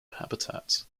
habitats